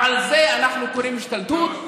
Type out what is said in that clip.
לזה אנחנו קוראים השתלטות?